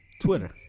Twitter